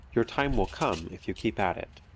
your time will come if you keep at it.